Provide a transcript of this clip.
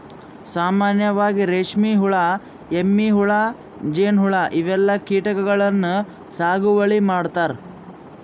ಸಾಮಾನ್ಯವಾಗ್ ರೇಶ್ಮಿ ಹುಳಾ, ಎಮ್ಮಿ ಹುಳಾ, ಜೇನ್ಹುಳಾ ಇವೆಲ್ಲಾ ಕೀಟಗಳನ್ನ್ ಸಾಗುವಳಿ ಮಾಡ್ತಾರಾ